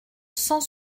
cent